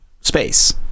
space